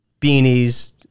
beanies